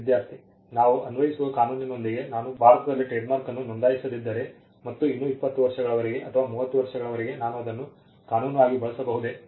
ವಿದ್ಯಾರ್ಥಿ ನಾವು ಅನ್ವಯಿಸುವ ಕಾನೂನಿನೊಂದಿಗೆ ನಾನು ಭಾರತದಲ್ಲಿ ಟ್ರೇಡ್ಮಾರ್ಕ್ ಅನ್ನು ನೋಂದಾಯಿಸದಿದ್ದರೆ ಮತ್ತು ಇನ್ನೂ 20 ವರ್ಷಗಳವರೆಗೆ ಅಥವಾ 30 ವರ್ಷಗಳವರೆಗೆ ನಾನು ಅದನ್ನು ಕಾನೂನು ಆಗಿ ಬಳಸಬಹುದೇ